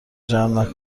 جمع